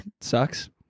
Sucks